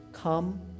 Come